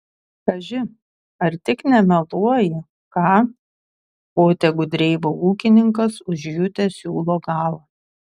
kaži ar tik nemeluoji ką kvotė gudreiva ūkininkas užjutęs siūlo galą